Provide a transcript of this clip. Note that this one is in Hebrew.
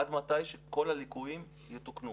עד שכל הליקויים יתוקנו